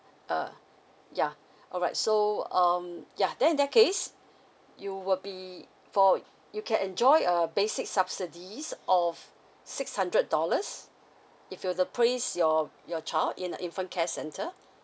uh yeah alright so um yeah then in that case you will be for you can enjoy a basic subsidies of six hundred dollars if you were to place your your child in the infant care centre